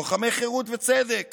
לוחמי חירות וצדק